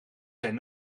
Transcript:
zijn